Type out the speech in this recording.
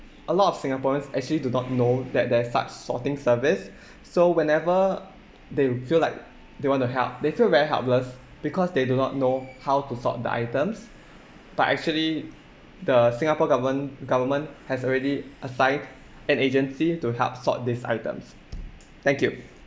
a lot of singaporeans actually do not know that there's such sorting service so whenever they feel like they want to help they feel very helpless because they do not know how to sort the items but actually the singapore government government has already assigned an agency to help sort these items thank you